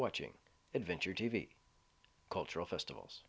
watching adventure t v cultural festivals